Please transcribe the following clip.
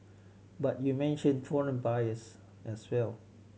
but you mentioned foreign buyers as well